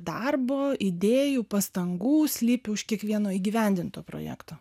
darbo idėjų pastangų slypi už kiekvieno įgyvendinto projekto